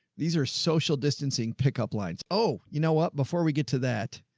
these are social distancing pickup lines. oh, you know what? before we get to that.